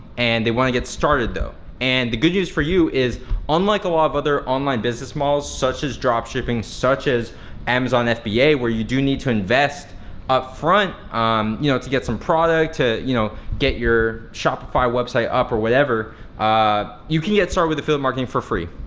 and they wanna get started though. and the good news for you is unlike a lot of other online business models, such as drop shipping, such as amazon fba, where you do need to invest up front um you know to get some product, to you know get your shopify website up or whatever ah you can get started with affiliate marketing for free.